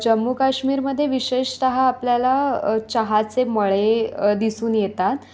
जम्मू काश्मीरमध्ये विशेषतः आपल्याला चहाचे मळे दिसून येतात